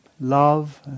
love